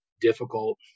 difficult